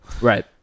Right